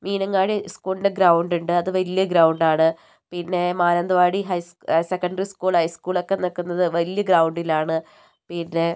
മീനങ്ങാടി സ്കൂളിൻ്റെ ഗ്രൗണ്ട് ഉണ്ട് അത് വലിയ ഗ്രൗണ്ട് ആണ് പിന്നെ Mananthavady high higher secondary school high സ്കൂളൊക്കെ നിൽക്കുന്നത് വലിയ ഗ്രൗണ്ടിലാണ് പിന്നെ